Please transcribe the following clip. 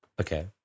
Okay